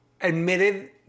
admitted